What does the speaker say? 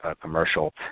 commercial